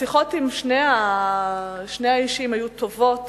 השיחות עם שני האישים היו טובות